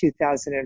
2005